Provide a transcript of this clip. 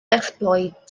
exploit